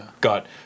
got